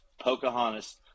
Pocahontas